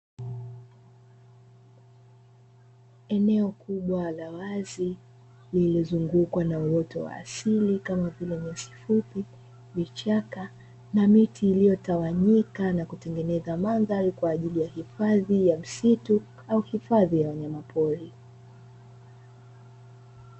Eneo kubwa la wazi lillilozungukwa na uoto wa asili kama vile: nyasi fupi, vichaka na miti iliyotawanyika na kutengeneza mandhari kwa ajili ya hifadhi ya msitu au hifadhi ya wanyama pori.